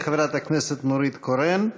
חברת הכנסת נורית קורן,